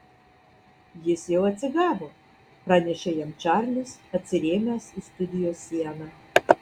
jis jau atsigavo pranešė jam čarlis atsirėmęs į studijos sieną